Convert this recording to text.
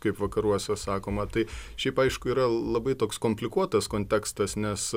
kaip vakaruose sakoma tai šiaip aišku yra labai toks komplikuotas kontekstas nes